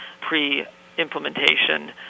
pre-implementation